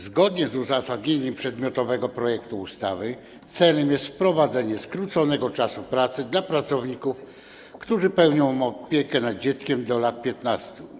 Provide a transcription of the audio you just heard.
Zgodnie z uzasadnieniem przedmiotowego projektu ustawy celem jest wprowadzenie skróconego czasu pracy dla pracowników, którzy pełnią opiekę nad dzieckiem do lat 15.